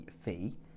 fee